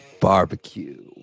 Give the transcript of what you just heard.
Barbecue